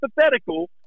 hypothetical